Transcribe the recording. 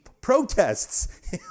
protests